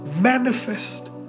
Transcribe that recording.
Manifest